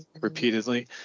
repeatedly